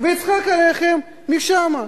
ויצחק עליכם משם.